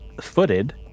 footed